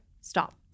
Stop